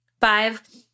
Five